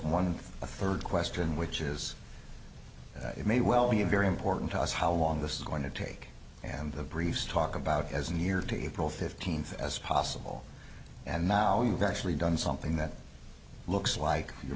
one third question which is it may well be very important to us how long this is going to take and the briefs talk about as near to you pro fifteen as possible and now you've actually done something that looks like you're